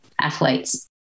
athletes